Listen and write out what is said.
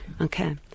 Okay